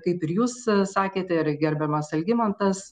kaip ir jūs sakėte ir gerbiamas algimantas